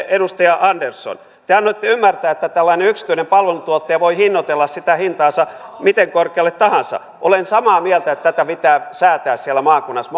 edustaja andersson te annoitte ymmärtää että tällainen yksityinen palveluntuottaja voi hinnoitella sitä hintaansa miten korkealle tahansa olen samaa mieltä että tätä pitää säätää siellä maakunnassa